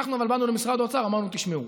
אנחנו אבל באנו למשרד האוצר, אמרנו: תשמעו,